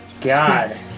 god